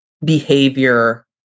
behavior